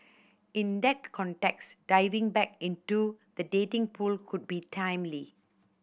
in that context diving back into the dating pool could be timely